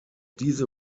diese